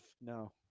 No